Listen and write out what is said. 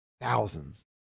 thousands